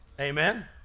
Amen